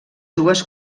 dues